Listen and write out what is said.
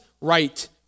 right